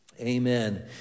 amen